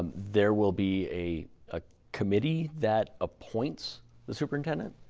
there will be a ah committee that appoints the superintendent?